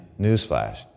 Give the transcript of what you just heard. newsflash